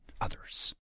others